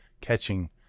catching